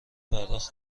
پرداخت